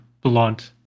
blunt